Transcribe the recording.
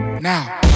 Now